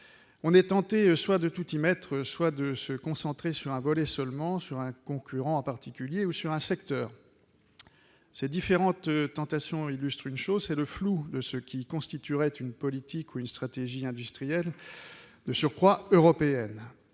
on est tenté, soit de tout y mettre, soit de se concentrer sur un volet seulement, sur un concurrent en particulier ou sur un secteur. Ces différentes tentations illustrent le flou de ce qui constituerait une politique ou une stratégie industrielle, de surcroît européenne.